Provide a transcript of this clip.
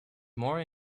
more